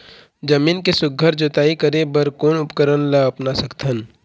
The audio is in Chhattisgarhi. जमीन के सुघ्घर जोताई करे बर कोन उपकरण ला अपना सकथन?